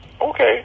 okay